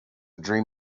dream